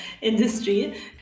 industry